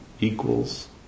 equals